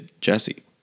Jesse